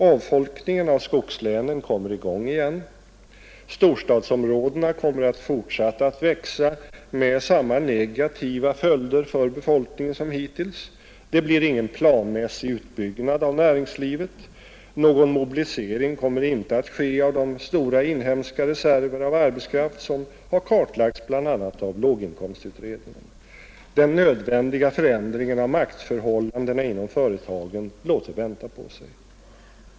Avfolkningen av skogslänen kommer i gång igen, storstadsområdena kommer att fortsätta att växa med samma negativa konsekvenser för befolkningen som hittills, det blir ingen planmässig utbyggnad av näringslivet, någon mobilisering kommer inte att ske av de stora inhemska reserver av arbetskraft som har kartlagts bl.a. av låginkomstutredningen, och den nödvändiga förändringen av maktförhållandena inom företagen låter vänta på sig.